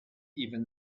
even